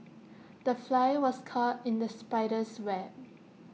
the fly was caught in the spider's web